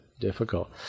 difficult